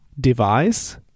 device